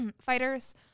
fighters